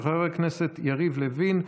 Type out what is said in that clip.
של חבר הכנסת יריב לוין: